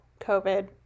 COVID